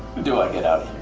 do i get out